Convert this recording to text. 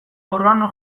organo